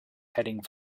heading